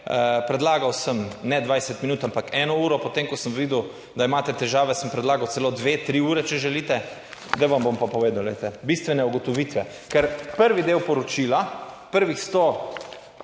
Predlagal sem ne 20 minut, ampak 1 uro po tem, ko sem videl, da imate težave, sem predlagal celo dve, tri ure. Če želite, da vam bom pa povedal. Glejte, bistvene ugotovitve, ker prvi del poročila, prvih